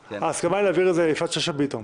ההסכמה היא להעביר את זה ליפעת שאשא ביטון.